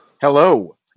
Hello